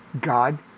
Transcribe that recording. God